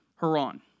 Haran